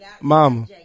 mama